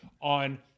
on